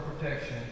protection